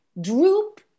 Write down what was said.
droop